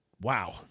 wow